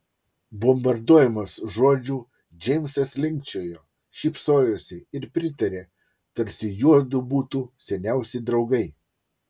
bombarduojamas žodžių džeimsas linkčiojo šypsojosi ir pritarė tarsi juodu būtų seniausi draugai